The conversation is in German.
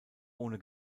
ohne